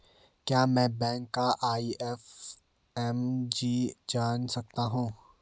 क्या मैं बैंक का आई.एफ.एम.सी जान सकता हूँ?